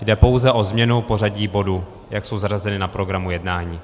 Jde pouze o změnu pořadí bodů, jak jsou zařazeny na programu jednání.